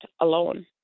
alone